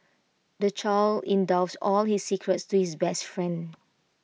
the child in doves all his secrets to his best friend